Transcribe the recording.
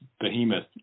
behemoth